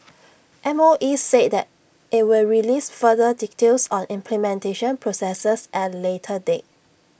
M O E said IT will release further details on implementation processes at A later date